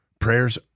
Prayers